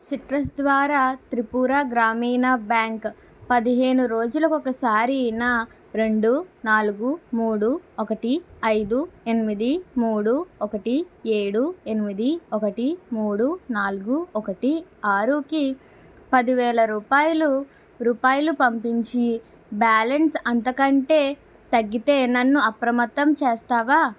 citrus ద్వారా త్రిపుర గ్రామీణ bank పదిహేను రోజులకు ఒసారి నా రెండు నాలుగు మూడు ఒకటి ఐదు ఎనిమిది మూడు ఒకటి ఏడు ఎనిమిది ఒకటి మూడు నాలుగు ఒకటి ఆరుకి పది వేల రూపాయలు రూపాయలు పంపించి బ్యాలెన్స్ అంతకంటే తగ్గితే నన్ను అప్రమత్తం చేస్తావా